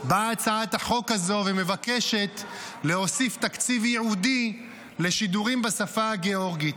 באה הצעת החוק הזאת ומבקשת להוסיף תקציב ייעודי בשידורים בשפה הגאורגית.